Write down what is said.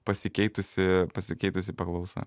pasikeitusi pasikeitusi paklausa